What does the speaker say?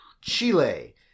chile